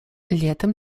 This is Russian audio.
летом